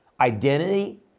identity